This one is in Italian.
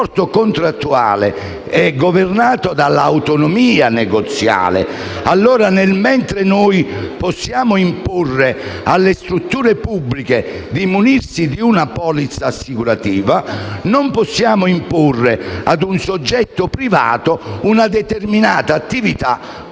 il rapporto contrattuale è governato dall'autonomia negoziale: mentre noi possiamo imporre alle strutture pubbliche di munirsi di una polizza assicurativa, non possiamo imporre a un soggetto privato una determinata attività